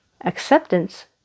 Acceptance